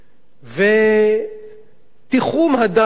ותיחום הדת, נקרא לו כך, או מאבק בכפייה דתית.